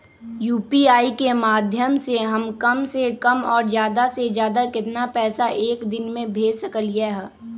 UPI के माध्यम से हम कम से कम और ज्यादा से ज्यादा केतना पैसा एक दिन में भेज सकलियै ह?